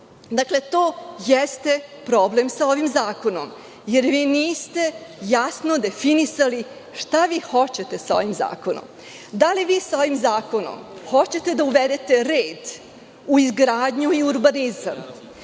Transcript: To jeste problem sa ovim zakonom, jer vi niste jasno definisali šta vi hoćete sa ovim zakonom. Da li vi sa ovim zakonom hoćete da uvedete red u izgradnju i urbanizam?